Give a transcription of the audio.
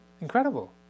Incredible